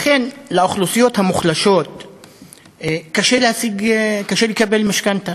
אכן, לאוכלוסיות המוחלשות קשה לקבל משכנתה.